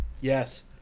Yes